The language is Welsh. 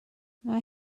mae